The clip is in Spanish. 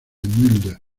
mulder